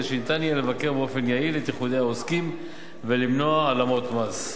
שניתן יהיה לבקר באופן יעיל את איחודי העוסקים ולמנוע העלמות מס.